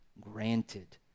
granted